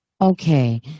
Okay